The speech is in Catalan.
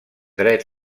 dret